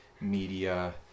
media